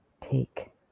take